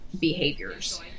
behaviors